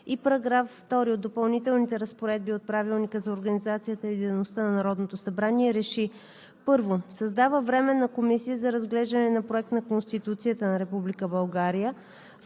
и § 2 от Допълнителните разпоредби от Правилника за организацията и дейността на Народното събрание РЕШИ: 1. Създава Временна комисия за разглеждане на Проект на Конституцията на